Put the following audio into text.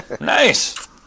nice